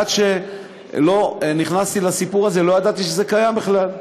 עד שלא נכנסתי לסיפור הזה לא ידעתי שזה קיים בכלל,